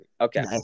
Okay